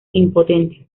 impotente